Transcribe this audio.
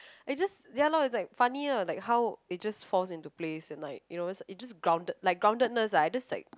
it's just ya lor is like funnier like how it just falls into place and like you know it just grounded like grounded-ness ah is just like